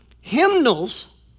hymnals